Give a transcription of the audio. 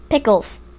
Pickles